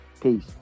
peace